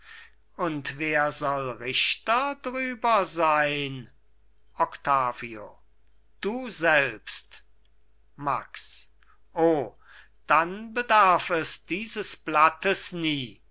und wer soll richter drüber sein octavio du selbst max o dann bedarf es dieses blattes nie